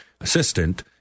assistant